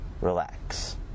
relax